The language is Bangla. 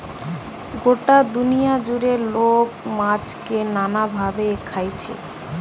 গটা দুনিয়া জুড়ে লোক মাছকে নানা ভাবে খাইছে